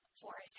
forest